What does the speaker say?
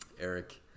Eric